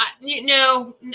No